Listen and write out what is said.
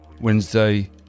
Wednesday